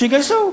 שיגייסו.